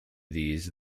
these